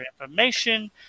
information